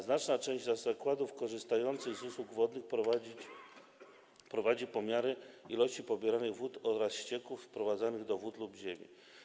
Znaczna część zakładów korzystających z usług wodnych prowadzi pomiary ilości pobieranych wód oraz ścieków wprowadzanych do wód lub ziemi.